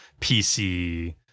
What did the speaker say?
pc